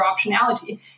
optionality